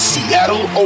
Seattle